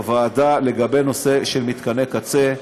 לגבי הנושא של מתקני קצה,